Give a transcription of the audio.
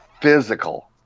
physical